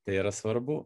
tai yra svarbu